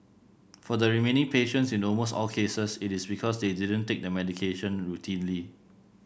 for the remaining patients in almost all cases it is because they didn't take the medication routinely